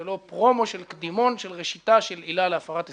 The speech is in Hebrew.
ולא פרומו של קדימון של ראשיתה של עילה להפרת הסכם.